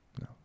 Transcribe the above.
No